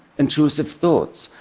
intrusive thoughts,